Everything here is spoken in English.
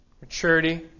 maturity